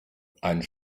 einen